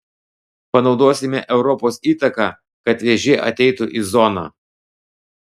panaudosime europos įtaką kad vėžė ateitų į zoną